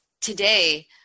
today